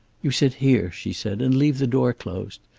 you sit here, she said, and leave the door closed.